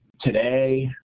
today